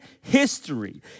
history